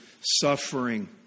suffering